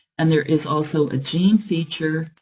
and there is also a gene feature,